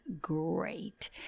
great